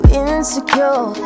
insecure